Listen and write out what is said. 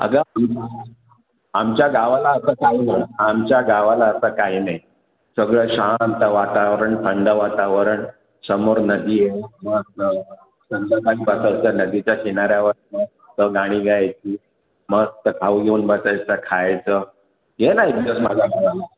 अग विभा आमच्या गावाला असं काही नाही आमच्या गावाला असं काही नाही सगळं शांत वातावरण थंड वातावरण समोर नदी आहे मस्त संध्याकाळी बसायचं नदीच्या किनाऱ्यावरनं मस्त गाणी गायची मस्त खाऊ घेऊन बसायचं खायचं ये ना एखाद्या वेळेस मजा